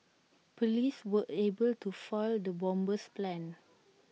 Police were able to foil the bomber's plans